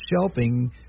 shelving